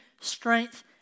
strength